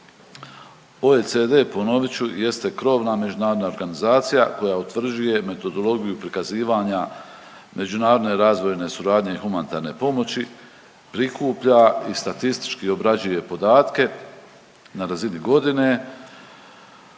OECD, ponovit ću jeste krovna međunarodna organizacija koja utvrđuje metodologiju prikazivanja međunarodne razvojne suradnje i humanitarne pomoći, prikuplja i statistički obrađuje podatke na razini godine